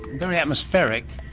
very atmospheric.